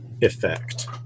effect